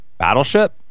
Battleship